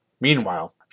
Meanwhile